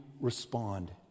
respond